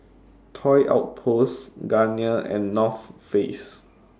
Toy Outposts Garnier and North Face